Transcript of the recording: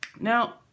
Now